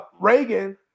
Reagan